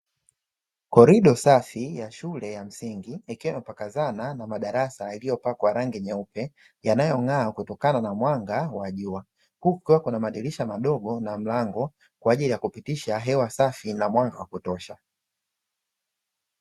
Korido safi ya shule ya msingi, ikiwa imepakazana na madarasa yaliyopakwa rangi nyeupe. Yanayong`aa kutokana na mwanga wa jua, huku kukiwa kuna madirisha madogo na mlango kwaajili ya kupitisha hewa safi na mwanga wa kutosha.